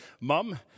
Mum